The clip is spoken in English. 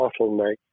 bottleneck